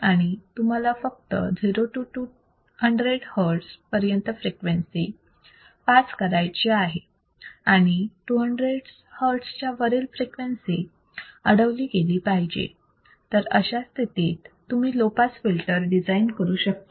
आणि तुम्हाला फक्त 0 to 200 hertz पर्यंत फ्रिक्वेन्सी पास करायची आहे आणि 200 hertz च्या वरील फ्रिक्वेन्सी अडवली गेली पाहिजे तर या स्थितीत तुम्ही लो पास फिल्टर डिझाईन करू शकता